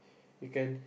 you can